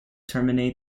terminate